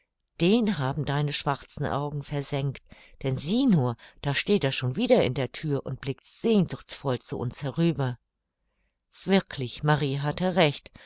den haben deine schwarzen augen versengt denn sieh nur da steht er schon wieder in der thür und blickt sehnsuchtsvoll zu uns herüber wirklich marie hatte recht